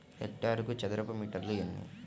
హెక్టారుకు చదరపు మీటర్లు ఎన్ని?